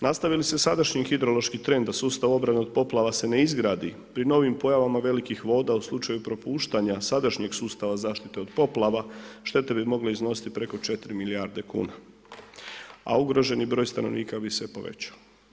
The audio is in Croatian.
Nastavi li se sadašnji hidrološki trend da sustav obrane od poplava se ne izgradi, pri novim pojavama velikih voda u slučaju propuštanja sadašnjeg sustava zaštite od poplava štete bi mogle iznositi preko 4 milijarda kuna, a ugroženi broj stanovnika bi se povećao.